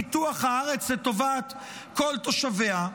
"פיתוח הארץ לטובת כל תושביה",